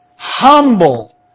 humble